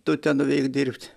tu ten ir dirbt